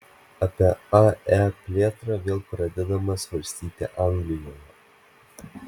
apie ae plėtrą vėl pradedama svarstyti anglijoje